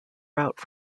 route